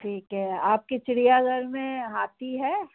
ठीक है आपके चिड़ियाघर में हाथी है